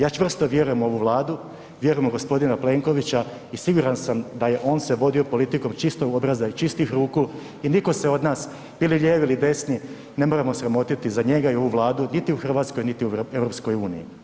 Ja čvrsto vjerujem u ovu Vladu, vjerujem u gospodina Plenkovića i siguran sam da se on vodio politikom čistog obraza i čistih ruku i nitko se od nas, bili lijevi ili desni, ne moramo sramotiti za njega i za ovu Vladu niti u Hrvatskoj niti u EU.